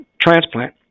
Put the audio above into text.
transplant